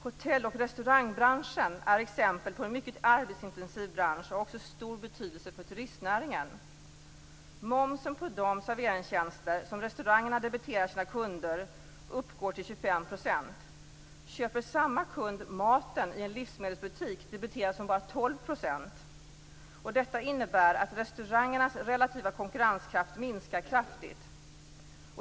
Hotell och restaurangbranschen är exempel på en mycket arbetsintensiv bransch och har också stor betydelse för turistnäringen. Momsen på de serveringstjänster som restaurangerna debiterar sina kunder uppgår till 25 %. Köper samma kund maten i en livsmedelsbutik debiteras hon bara 12 %. Detta innebär att restaurangernas relativa konkurrenskraft minskar kraftigt.